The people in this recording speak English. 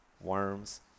worms